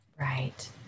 Right